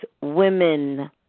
women